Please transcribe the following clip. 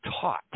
taught